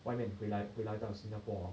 外面回回来到新加坡 hor